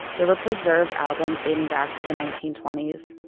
there were preserved albums dating back to the nineteen twenty s,